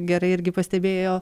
gerai irgi pastebėjo